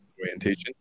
orientation